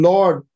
Lord